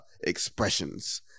expressions